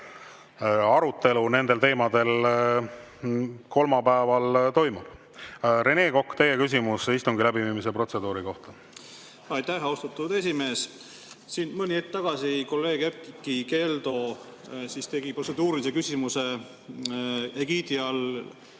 arutelu nendel teemadel kolmapäeval toimub. Rene Kokk, teie küsimus istungi läbiviimise protseduuri kohta! Aitäh, austatud esimees! Siin mõni hetk tagasi kolleeg Erkki Keldo tegi protseduurilise küsimuse egiidi